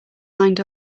lined